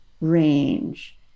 range